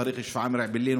דרך שפרעם אעבלין,